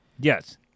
Yes